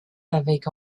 avec